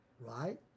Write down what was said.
right